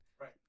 Right